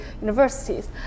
universities